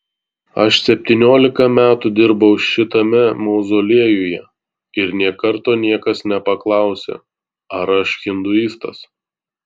aš septyniolika metų dirbau šitame mauzoliejuje ir nė karto niekas nepaklausė ar aš hinduistas